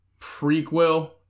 prequel